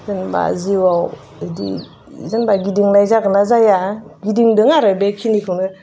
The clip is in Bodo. जेनेबा जिउआव इदि जेनेबा गिदिंनाय जागोन ना जाया गिदिंजों आरो बेखिनिखौनो